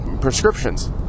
prescriptions